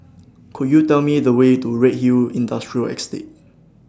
Could YOU Tell Me The Way to Redhill Industrial Estate